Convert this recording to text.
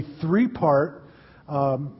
three-part